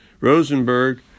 Rosenberg